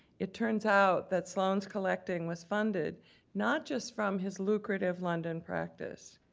it turns out that sloane's collecting was funded not just from his lucrative london practice,